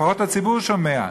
לפחות הציבור שומע: